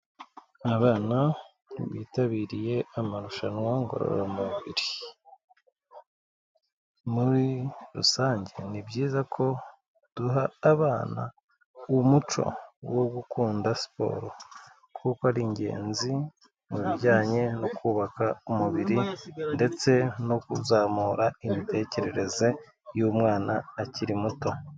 Abana bitabiriye amarushanwa ngororamubiri, muri rusange ni byiza ko duha abana umuco wo gukunda siporo kuko ari ingenzi mu bijyanye no kubaka umubiri ndetse no kuzamura imitekerereze y'umwana akiri muto.